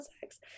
sex